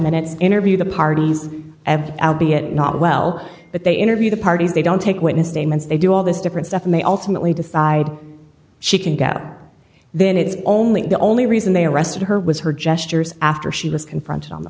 minutes interview the parties have albion not well but they interview the parties they don't take witness statements they do all this different stuff may ultimately decide she can get out then it's only the only reason they arrested her was her gestures after she was confronted on the